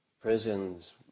Prisons